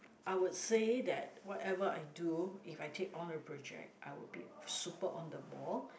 I would say that whatever I do if I take on a project I would be super on the ball